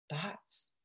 thoughts